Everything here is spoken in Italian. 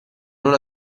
non